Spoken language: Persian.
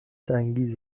انگیز